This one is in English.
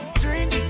drink